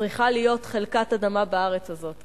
צריכה להיות חלקת אדמה בארץ הזאת.